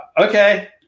Okay